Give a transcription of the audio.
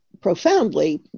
profoundly